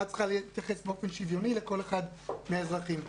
צריכה להתייחס באופן שוויוני לכל אחד מן האזרחים.